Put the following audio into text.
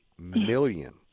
million